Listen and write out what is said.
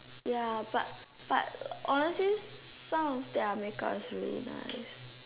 ya but but honestly some of their make up is really nice